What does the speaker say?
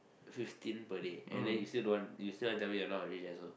fifteen per day and then you still don't want you still want to tell me you are not rich asshole